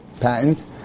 patent